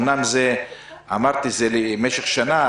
אמנם זה למשך שנה,